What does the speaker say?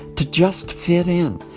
to just fit in,